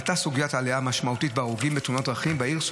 עלתה סוגיית העלייה המשמעותית בהרוגים בתאונות דרכים בעיר.